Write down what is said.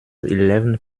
eleven